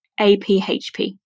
APHP